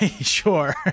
Sure